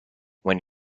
when